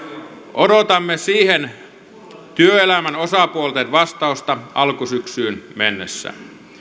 odotamme siihen työelämän osapuolten vastausta alkusyksyyn mennessä